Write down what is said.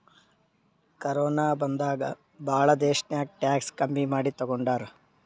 corona ಬಂದಾಗ್ ಭಾಳ ದೇಶ್ನಾಗ್ ಟ್ಯಾಕ್ಸ್ ಕಮ್ಮಿ ಮಾಡಿ ತಗೊಂಡಾರ್